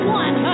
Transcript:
one